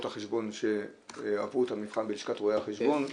החשבון שעברו את המבחן בלשכת רואי החשבון.